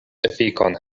efikon